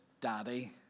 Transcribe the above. daddy